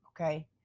Okay